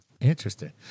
interesting